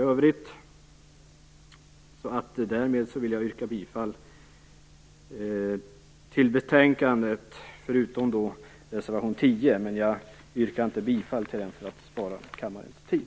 Därmed yrkar jag bifall till utskottets hemställan förutom vad gäller reservation 10. Jag yrkar dock inte bifall till den för att spara kammarens tid.